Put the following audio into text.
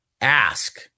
ask